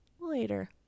later